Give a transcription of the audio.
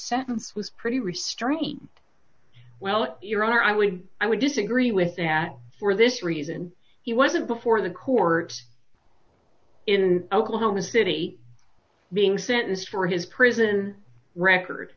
sentence was pretty restrained well your honor i would i would disagree with that for this reason he wasn't before the court in oklahoma city being sentenced for his prison record